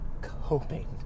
coping